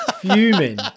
Fuming